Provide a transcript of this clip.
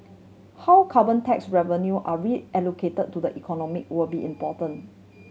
how carbon tax revenue are reallocate to the economy will be important